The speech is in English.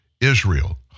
Israel